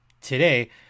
today